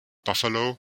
buffalo